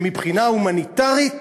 שמבחינה הומניטרית